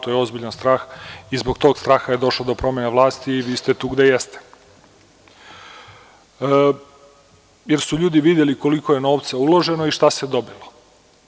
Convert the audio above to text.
To je ozbiljan strah i zbog toga straha je došlo do promene vlasti i vi ste tu gde jeste, kada su ljudi videli koliko je novca uloženo i šta su dobili.